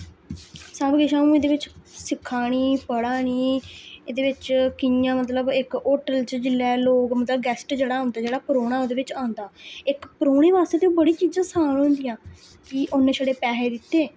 सब किश अ'ऊं इ'दे बिच्च सिक्खा नी पढ़ा नी एह्दे बिच्च कि'यां मतलब इक होटल च जिल्लै लोक मतलब गैस्ट जेह्ड़ा औंदा जेह्ड़ा परौह्ना ओह्दे बिच्च औंदा इक परौह्ने वास्ते ते ओह् बड़ी चीजां असान होंदियां कि उ'न्न छड़े पैहे दित्ते